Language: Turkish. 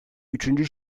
üçüncü